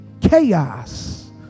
chaos